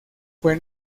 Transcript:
fue